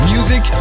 Music